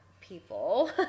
people